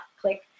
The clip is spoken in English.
click